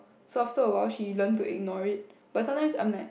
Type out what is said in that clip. so after a while she learn to ignore it but sometimes I'm like